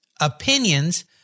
opinions